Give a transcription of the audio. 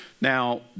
Now